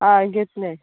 हय घेतले